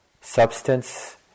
substance